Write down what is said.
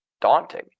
daunting